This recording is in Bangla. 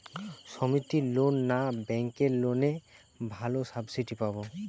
সমিতির লোন না ব্যাঙ্কের লোনে ভালো সাবসিডি পাব?